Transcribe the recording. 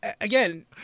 again